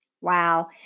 Wow